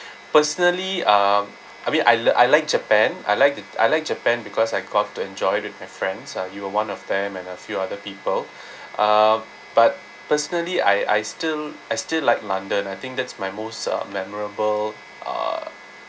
personally um I mean I lo~ I like japan I like the I like japan because I got to enjoy with my friends ah you were one of them and a few other people uh but personally I I still I still like london I think that's my most uh memorable uh